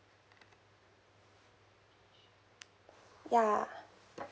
ya